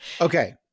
Okay